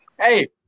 hey